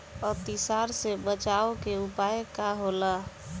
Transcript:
अतिसार से बचाव के उपाय का होला?